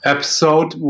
Episode